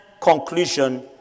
conclusion